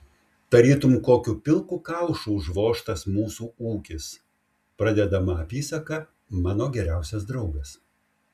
tarytum kokiu pilku kaušu užvožtas mūsų ūkis pradedama apysaka mano geriausias draugas